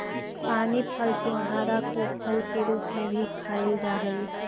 पानी फल सिंघाड़ा को फल के रूप में भी खाईल जा हई